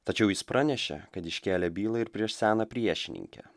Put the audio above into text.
tačiau jis pranešė kad iškėlė bylą ir prieš seną priešininkę